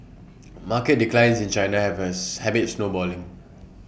market declines in China have as habit snowballing